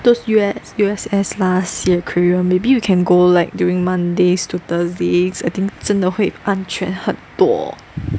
those U_S U_S_S lah sea aquarium maybe you can go like during Mondays to Thursdays I think 真的会安全很多